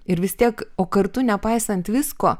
ir vis tiek o kartu nepaisant visko